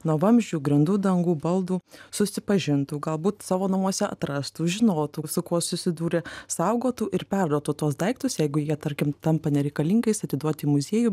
nuo vamzdžių grindų dangų baldų susipažintų galbūt savo namuose atrastų žinotų su kuo susidūrė saugotų ir perduotų tuos daiktus jeigu jie tarkim tampa nereikalingais atiduot į muziejų